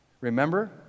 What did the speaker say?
Remember